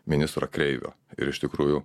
ministro kreivio ir iš tikrųjų